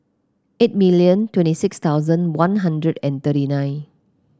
eight million twenty six thousand One Hundred and thirty nine